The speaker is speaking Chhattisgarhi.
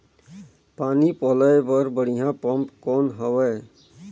पानी पलोय बर बढ़िया पम्प कौन हवय?